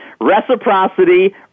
reciprocity